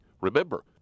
Remember